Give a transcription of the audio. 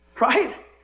right